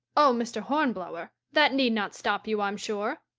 oh! mr. hornblower, that need not stop you, i'm sure.